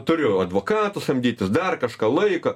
turiu advokatus samdytis dar kažką laiką